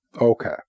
Okay